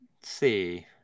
see